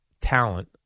talent